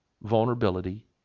vulnerability